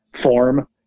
form